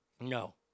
No